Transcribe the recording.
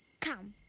come,